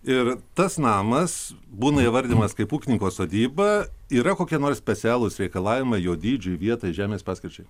ir tas namas būna įvardijamas kaip ūkininko sodyba yra kokie nors specialūs reikalavimai jo dydžiui vietai žemės paskirčiai